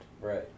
Right